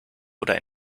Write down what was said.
oder